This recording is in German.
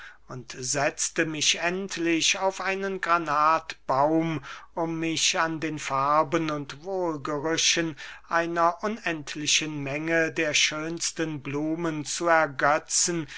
und setzte mich endlich auf einen granatbaum um mich an den farben und wohlgerüchen einer unendlichen menge der schönsten blumen zu ergetzen